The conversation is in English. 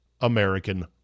American